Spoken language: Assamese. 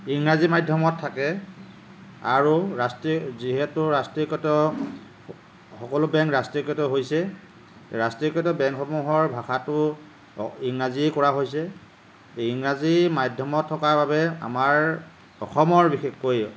ইংৰাজী মাধ্যমত থাকে আৰু যিহেতু ৰাষ্ট্ৰীয়কৃত সকলো বেংক ৰাষ্ট্ৰীয়কৃত হৈছে ৰাষ্ট্ৰীয়কৃত বেংকসমূহৰ ভাষাটো ইংৰাজীয়ে কৰা হৈছে ইংৰাজী মাধ্যমত থকাৰ বাবে আমাৰ অসমৰ বিশেষকৈ